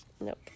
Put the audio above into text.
Nope